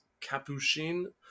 capuchin